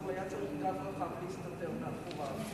אז הוא היה צריך גב רחב להסתתר מאחוריו.